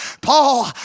Paul